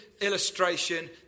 illustration